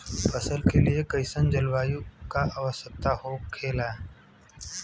फसल के लिए कईसन जलवायु का आवश्यकता हो खेला?